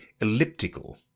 elliptical